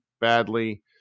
badly